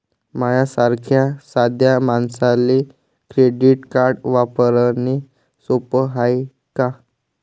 माह्या सारख्या साध्या मानसाले क्रेडिट कार्ड वापरने सोपं हाय का?